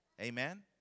Amen